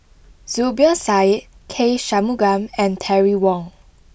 Zubir Said K Shanmugam and Terry Wong